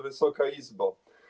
Wysoka Izbo!